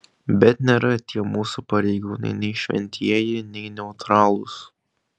bet nėra tie mūsų pareigūnai nei šventieji nei neutralūs